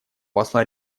посла